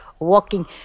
Walking